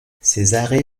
cesare